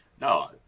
no